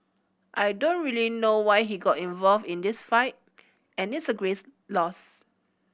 I don't really know why he got involved in this fight and it's a greats loss